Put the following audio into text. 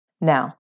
Now